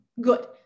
good